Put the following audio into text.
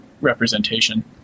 representation